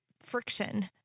friction